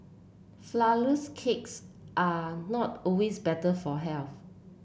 flourless cakes are not always better for health